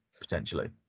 potentially